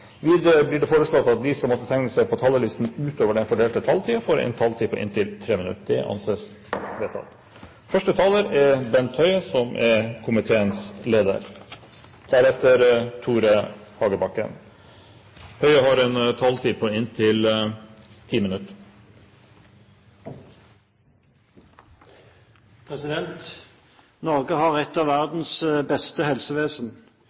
Videre blir det foreslått at de som måtte tegne seg på talerlisten utover den fordelte taletid, får en taletid på inntil 3 minutter. – Det anses vedtatt.